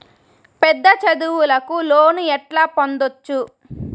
పెద్ద చదువులకు లోను ఎట్లా పొందొచ్చు